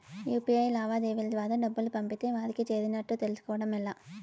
UPI లావాదేవీల ద్వారా డబ్బులు పంపితే వారికి చేరినట్టు తెలుస్కోవడం ఎలా?